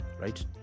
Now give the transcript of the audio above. right